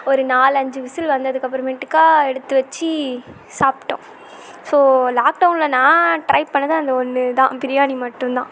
ஒரு நாலஞ்சு விசில் வந்ததுக்கு அப்புறமேட்டுக்கா எடுத்து வச்சு சாப்பிட்டோம் ஸோ லாக்டவுனில் நான் ட்ரை பண்ணது அந்த ஒன்று தான் பிரியாணி மட்டும் தான்